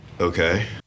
Okay